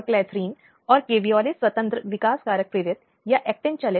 इसलिए ये कुछ अधिकार हैं जो महिला के लिए हैं